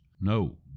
No